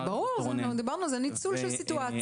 ברור, דיברנו על זה, זה ניצול של סיטואציה.